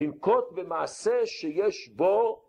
ינקוט במעשה שיש בו